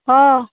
हँ